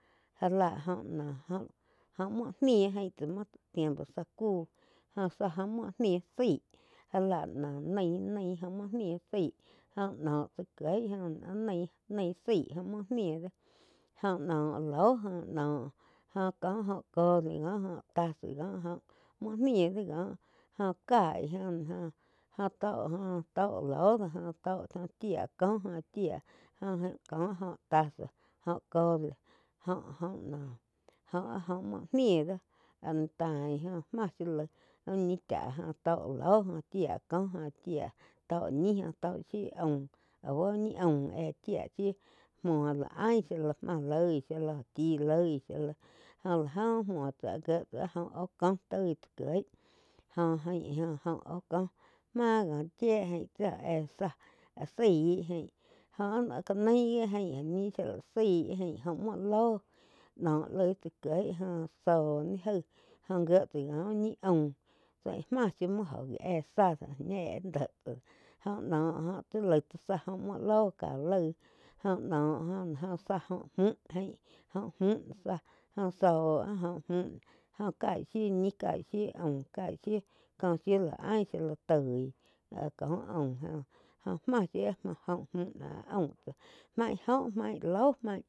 Já la óh no óh, óh muo nih jain tsáh muo tiempo záh kúh jóh zá joh muo nih zái já la no nain-nain óh muo ni zaíh jó noh tsá kieg jóh áh nai-nai zaig óh mui ní joh noh lóh noh jo có óh cole có óh tsá có muo nih do ko joh cain joh náh, jo-ho oh tó lóh do joh tó chia kóh go chia jo ain có óh tsá óh cole óh-óh noh, oh-oh muo nih do áh ni taín joh má shiu laig úh ñi chá joh tó loh chía kóh jo chía tó ñi, to shiu aum au úh ñi aum éh chía shiu muo lá ain shia la máh loi shía lá joh chí loi shía la jo la óh muo tsáh áh gie tsá áh óh oh kóh toi chá kieg joh ain joh óh kóh má oh chíe jain tsio éh záh áh zaí jain joh cá nain ji áh ain óh ñi shía lá zaí áh gain óh muo lóh noh llaig tsá kieg óh tóh ni jaig jóh jie tsá kó uh ñi aum chai máh shiu muo óh éh záh dóh óh ñi éh áh déh tsá joh noh joh laig tsá záj joh muo lóh ká laig do jóh noh joh zá joh muh ain joh muh záh joh zoh áh óh muh joh cai shiu ñih caig shiu aum caih shiu kó shiu la ain shía la toi áh có aum joh máh shiu áh joh múh aum tsá maih óh mai lóh.